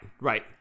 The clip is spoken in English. Right